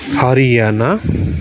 Haryana